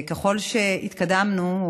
שככל שהתקדמנו,